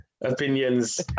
opinions